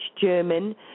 German